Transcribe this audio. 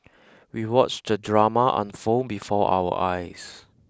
we watched the drama unfold before our eyes